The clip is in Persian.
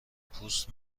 پوست